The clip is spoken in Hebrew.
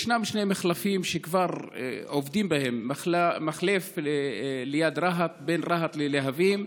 ישנם שני מחלפים שכבר עובדים בהם: מחלף בין רהט ללהבים,